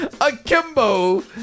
akimbo